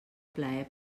plaer